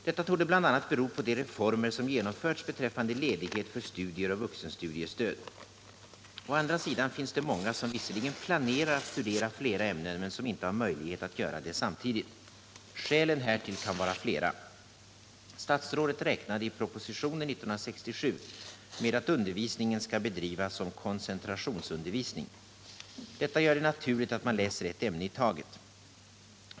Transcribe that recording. Detta torde bl.a. bero på de reformer som genomförts beträffande ledighet för studier och vuxenstudiestöd. Å andra sidan finns det många som visserligen planerar att studera flera ämnen men som inte har möjlighet att göra det samtidigt. Skälen härtill kan vara flera. Statsrådet räknade i propositionen 1967 med att ”undervisningen skall bedrivas som koncentrationsundervisning.” Detta gör det naturligt att man läser ett ämne i taget.